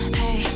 hey